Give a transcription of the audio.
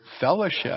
fellowship